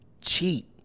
cheat